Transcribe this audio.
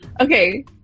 Okay